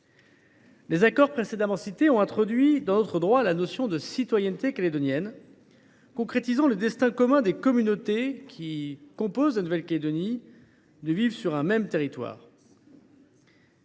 Les accords précités ont introduit dans notre droit la notion de citoyenneté calédonienne, concrétisant le destin commun des communautés qui composent la Nouvelle Calédonie et vivent sur un même territoire.